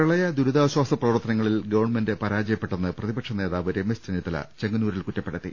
പ്രളയദുരിതാശ്വാസ പ്രവർത്തനങ്ങളിൽ ഗവൺമെന്റ് പരാജയപ്പെ ട്ടെന്ന് പ്രതിപക്ഷ നേതാവ് രമേശ് ചെന്നിത്തല ചെങ്ങന്നൂരിൽ കുറ്റപ്പെ ടുത്തി